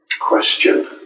question